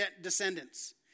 descendants